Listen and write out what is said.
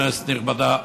כנסת נכבדה,